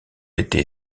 été